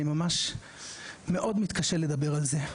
אני ממש מאוד מתקשה לדבר על זה,